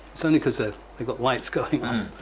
it's only cause they've got lights going on,